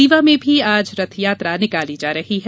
रीवा में भी आज रथ यात्रा निकाली जा रही है